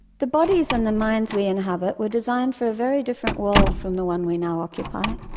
the bodies and the minds we inhabit were designed for a very different world from the one we now occupy.